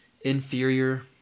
inferior